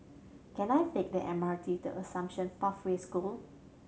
can I take the M R T to Assumption Pathway School